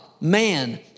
man